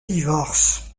divorce